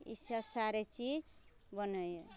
ई सब सारे चीज बनैया